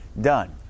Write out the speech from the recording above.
Done